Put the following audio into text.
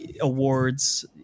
awards